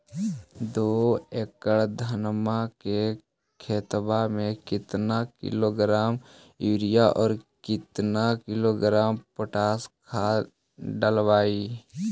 दो एकड़ धनमा के खेतबा में केतना किलोग्राम युरिया और केतना किलोग्राम पोटास खाद डलबई?